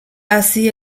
así